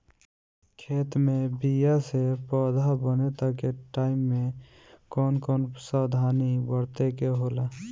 खेत मे बीया से पौधा बने तक के टाइम मे कौन कौन सावधानी बरते के होला?